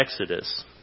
Exodus